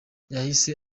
yahise